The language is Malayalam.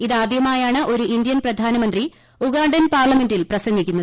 ഇത് ആദ്യമായാണ് ഒരു ഇന്ത്യൻ പ്രധാനമന്ത്രി ഉഗാണ്ടൻ പാർലമെന്റിൽ പ്രസംഗിക്കുന്നത്